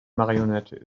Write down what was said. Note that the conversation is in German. marionette